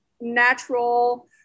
natural